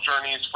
journeys